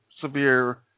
severe